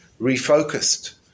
refocused